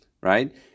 right